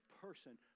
person